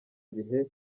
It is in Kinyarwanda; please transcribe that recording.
gihe